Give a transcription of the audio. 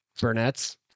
Burnett's